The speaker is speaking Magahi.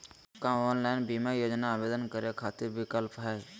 का ऑनलाइन बीमा योजना आवेदन करै खातिर विक्लप हई?